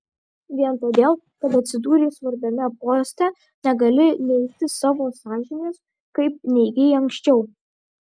vien todėl kad atsidūrei svarbiame poste negali neigti savo sąžinės kaip neigei anksčiau